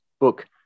book